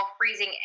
freezing